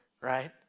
Right